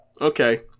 Okay